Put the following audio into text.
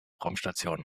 raumstation